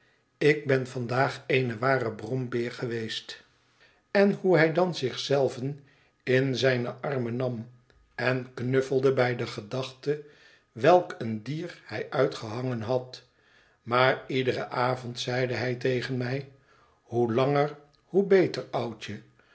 ft ben vandaag een ware bronoeer geweest en hoe hij dan zich zelven in zijne armen nam en knuffelde bij de gedachte welk een dier hij uitgehangen had maar iederen avond zei hij tegen mij hoe langer hoe beter oudje